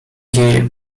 dzieje